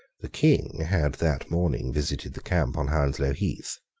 the king had that morning visited the camp on hounslow heath.